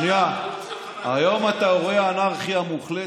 אבל בגדול היום אתה רואה שקורית אנרכיה מוחלטת.